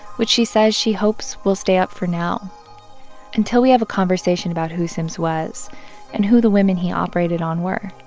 which she says she hopes will stay up for now until we have a conversation about who sims was and who the women he operated on were,